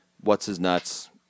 What's-His-Nuts